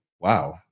wow